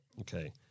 Okay